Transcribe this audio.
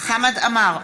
חמד עמאר,